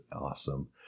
awesome